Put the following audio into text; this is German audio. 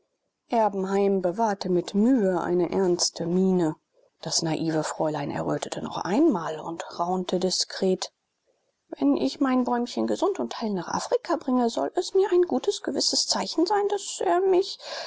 erbenheim bewahrte mit mühe eine ernste miene das naive fräulein errötete noch einmal und raunte diskret wenn ich mein bäumchen gesund und heil nach afrika bringe soll es mir ein gutes gewisses zeichen sein daß er mich